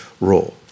role